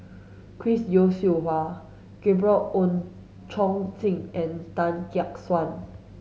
Chris Yeo Siew Hua Gabriel Oon Chong Jin and Tan Gek Suan